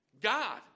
God